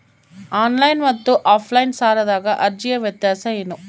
Online ಮತ್ತು offline ಸಾಲದ ಅರ್ಜಿಯ ವ್ಯತ್ಯಾಸ ಏನು?